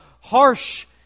harsh